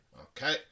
Okay